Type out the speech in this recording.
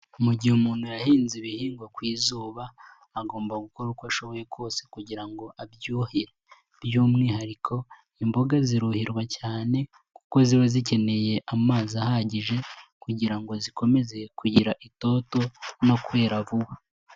Mu gihe umuntu yahinze ibihingwa ku izuba agomba gukora uko ashoboye kose kugira ngo abyuhire, by'umwihariko imboga ziruhirwa cyane kuko ziba zikeneye amazi ahagije kugira ngo zikomeze kugira itoto no kwera vuba.